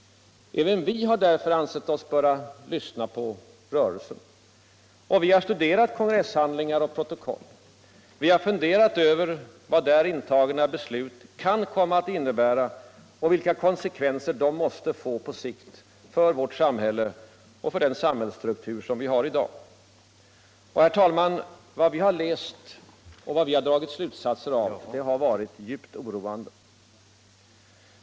Även vi har därför ansett oss böra lyssna på rörelsen. Och vi har studerat kongresshandlingar och protokoll. Vi har funderat över vad däri intagna beslut kan komma att innebära. Vilka konsekvenser de måste få på sikt för vårt samhälle och den samhällsstruktur som vi har i dag. Och, herr talman, vad vi läst och vad vi dragit slutsatser av har varit djupt oroande.